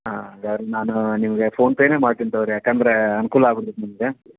ಹಾಂ ಹಂಗಾದ್ರೆ ನಾನೂ ನಿಮಗೆ ಫೋನ್ ಪೇನೇ ಮಾಡ್ತೀನಿ ತಗೋರಿ ಯಾಕೆಂದ್ರೆ ಅನುಕೂಲ ಆಗುತ್ತೈತೆ ನಿಮಗೆ